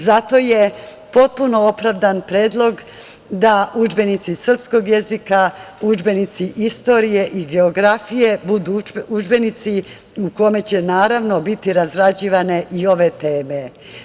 Zato je potpuno opravdan predlog da udžbenici srpskog jezika, udžbenici istoriji i geografije budu udžbenici u kome će naravno biti razrađivane i ove teme.